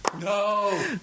No